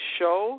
show